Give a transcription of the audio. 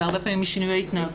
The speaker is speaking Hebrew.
אלא הרבה פעמים משינויי התנהגות.